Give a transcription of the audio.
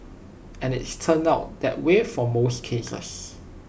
and it's turned out that way for most cases